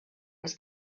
was